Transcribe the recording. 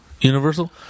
Universal